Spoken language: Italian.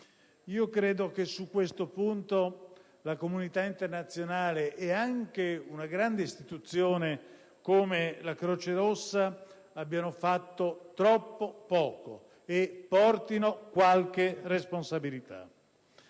Credo che su questo punto la comunità internazionale e anche una grande istituzione come la Croce Rossa abbiano fatto troppo poco e portino qualche responsabilità.